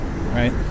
right